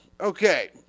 Okay